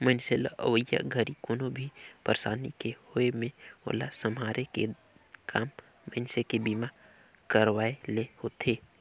मइनसे ल अवइया घरी कोनो भी परसानी के होये मे ओला सम्हारे के काम मइनसे के बीमा करवाये ले होथे